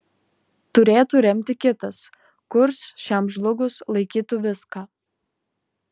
turėtų remti kitas kurs šiam žlugus laikytų viską